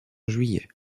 juillet